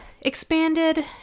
expanded